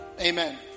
Amen